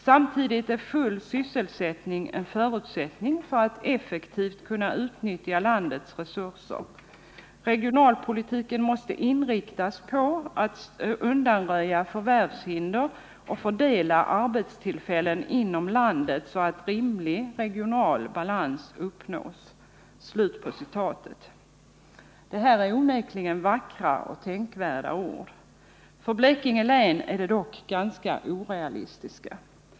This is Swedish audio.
Samtidigt är full sysselsättning en förutsättning för att effektivt kunna utnyttja landets resurser. Regionalpolitiken måste inriktas på att undanröja förvärvshinder och fördela arbetstillfällen inom landet så att rimlig regional balans uppnås.” Det är onekligen vackra och tänkvärda ord. För Blekinge län är de dock ganska orealistiska.